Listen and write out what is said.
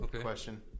question